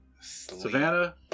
savannah